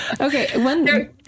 Okay